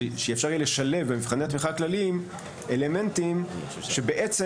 שאפשר יהיה לשלב במבחני התמיכה הכלליים אלמנטים שבעצם